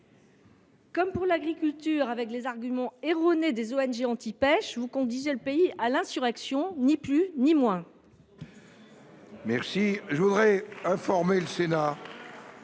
Comme pour l’agriculture, en reprenant les arguments erronés des ONG anti pêche, vous conduisez le pays à l’insurrection, ni plus ni moins.